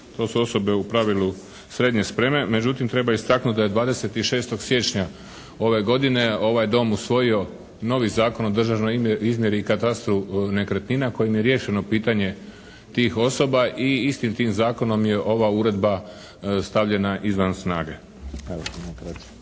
To su osobe u pravilu srednje spreme, međutim treba istaknuti da je 26. siječnja ove godine ovaj Dom usvojio novi Zakon o državnoj izmjeri i katastru nekretnina kojim je riješeno pitanje tih osoba i istim tim Zakonom je ova uredba stavljena izvan snage.